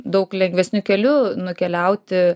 daug lengvesniu keliu nukeliauti